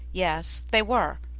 yes, they were.